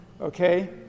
Okay